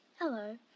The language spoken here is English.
Hello